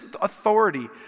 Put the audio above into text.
authority